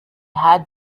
had